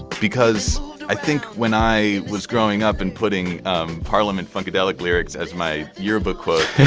because i think when i was growing up and putting um parliament funkadelic lyrics as my yearbook quote,